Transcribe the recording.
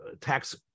tax